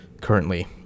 currently